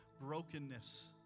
brokenness